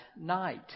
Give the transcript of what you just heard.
night